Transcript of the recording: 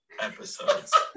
episodes